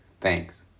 Thanks